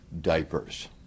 diapers